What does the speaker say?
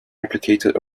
replicated